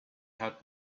had